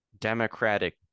democratic